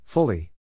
Fully